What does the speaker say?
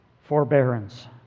Forbearance